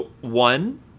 One